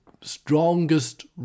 strongest